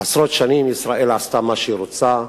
עשרות שנים ישראל עשתה מה שהיא רוצה,